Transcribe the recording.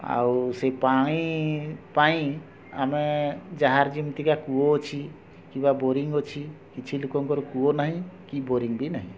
ଆଉ ସେ ପାଣି ପାଇଁ ଆମେ ଯାହାର ଯେମିତିକା କୂଅ ଅଛି କିବା ବୋରିଂ ଅଛି କିଛି ଲୋକଙ୍କର କୂଅ ନାହିଁ କି ବୋରିଂ ବି ନାହିଁ